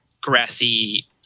grassy